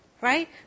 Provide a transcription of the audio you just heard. right